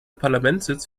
parlamentssitz